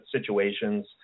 situations